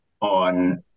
on